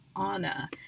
Anna